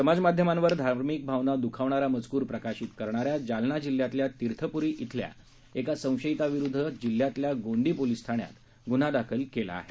समाजमाध्यमावर धार्मिक भावना दुखावणारा मजकूर प्रकाशित करणाऱ्या जालना जिल्ह्यातल्या तीर्थप्री इथल्या एका संशयिताविरुध्द जिल्ह्यातल्या गोंदी पोलीस ठाण्यात गुन्हा दाखल करण्यात आला आहे